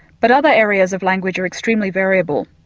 but other areas of language are extremely variable.